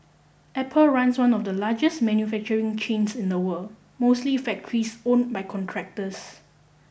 Apple runs one of the largest manufacturing chains in the world mostly factories owned by contractors